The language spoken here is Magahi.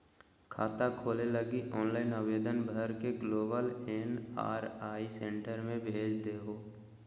खाता खोले लगी ऑनलाइन आवेदन भर के ग्लोबल एन.आर.आई सेंटर के भेज देहो